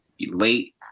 late